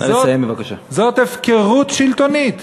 זו הפקרות שלטונית.